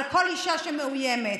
על כל אישה שמאוימת.